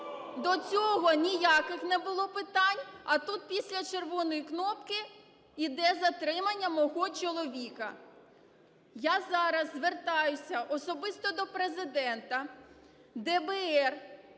До цього ніяких не було питань, а тут після "червоної" кнопки йде затримання мого чоловіка. Я зараз звертаюсь особисто до Президента, ДБР